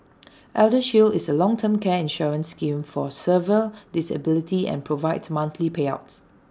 eldershield is A long term care insurance scheme for severe disability and provides monthly payouts